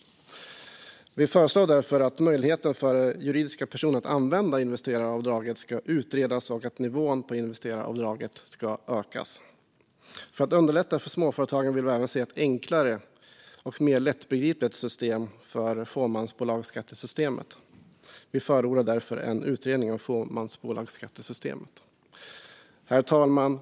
Vi föreslår därför att möjligheten för juridiska personer att använda investeraravdraget ska utredas och att nivån på investeraravdraget ska ökas. För att underlätta för småföretagarna vill vi även se ett enklare och mer lättbegripligt system för fåmansbolagsskattesystemet. Vi förordar därför en utredning av fåmansbolagsskattesystemet. Herr talman!